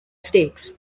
states